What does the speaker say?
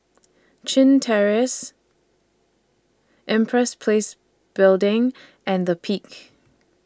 Chin Terrace Empress Place Building and The Peak